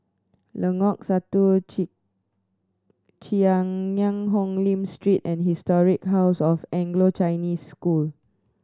Lengkok Satu Cheang Hong Lim Street and Historic House of Anglo Chinese School